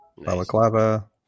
Balaclava